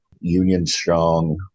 union-strong